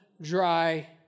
dry